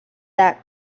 that